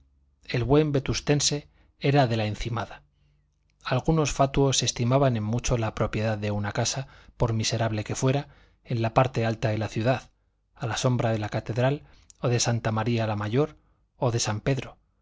el buen vetustente era de la encimada algunos fatuos estimaban en mucho la propiedad de una casa por miserable que fuera en la parte alta de la ciudad a la sombra de la catedral o de santa maría la mayor o de san pedro